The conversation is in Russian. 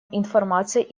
информации